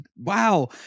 wow